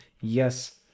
Yes